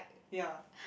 ya